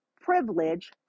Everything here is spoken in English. privilege